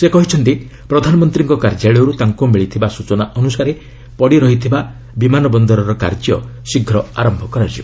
ସେ କହିଛନ୍ତି ପ୍ରଧାନମନ୍ତ୍ରୀଙ୍କ କାର୍ଯ୍ୟାଳୟରୁ ତାଙ୍କୁ ମିଳିଥିବା ସୂଚନା ଅନୁସାରେ ପଡିରହିଥିବା ବିମାନ ବନ୍ଦରର କାର୍ଯ୍ୟ ଶୀଘ୍ର ଆରମ୍ଭ କରାଯିବ